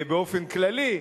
באופן כללי,